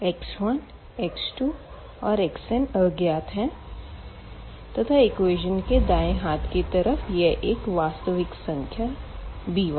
x1 x2 और xn अज्ञात है तथा इक्वेशन इक्वेज़न के दाएँ हाथ की तरफ़ यह एक वास्तविक संख्या है b1